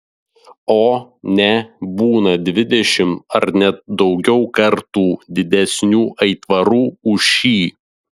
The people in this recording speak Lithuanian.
o ne būna dvidešimt ar net daugiau kartų didesnių aitvarų už šį